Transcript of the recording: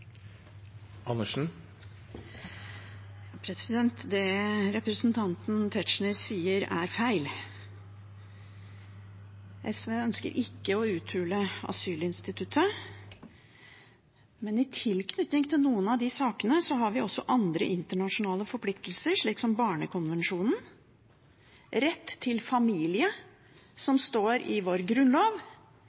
feil. SV ønsker ikke å uthule asylinstituttet. Men i tilknytning til noen av de sakene har vi også andre internasjonale forpliktelser, slik som Barnekonvensjonen, rett til familie, som står i vår grunnlov,